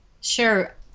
Sure